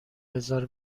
بزار